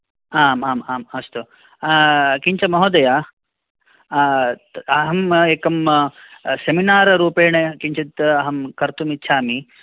आम् आम् आम् अस्तु किञ्च महोदय अहम् एकं सेमिनार् रूपेण किञ्चिद् अहं कर्तुम् इच्छामि